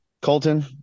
Colton